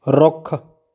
ਰੁੱਖ